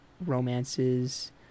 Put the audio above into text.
romances